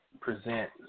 present